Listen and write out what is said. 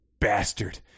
Bastard